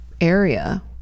area